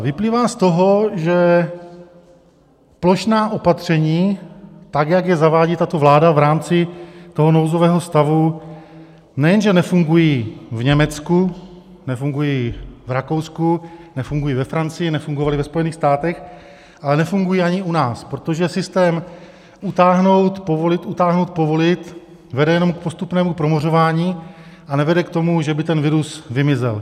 Vyplývá z toho, že plošná opatření, tak jak je zavádí tato vláda v rámci toho nouzového stavu, nejenže nefungují v Německu, nefungují v Rakousku, nefungují ve Francii, nefungovaly ve Spojených státech, ale nefungují ani u nás, protože systém utáhnout, povolit, utáhnout, povolit vede jenom k postupnému promořování a nevede k tomu, že by ten virus vymizel.